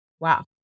wow